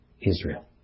Israel